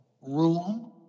room